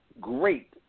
great